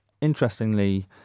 interestingly